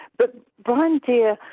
but brian deer,